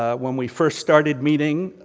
ah when we first started meeting,